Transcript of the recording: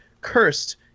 cursed